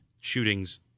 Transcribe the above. shootings